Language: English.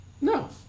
No